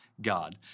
God